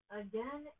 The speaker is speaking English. again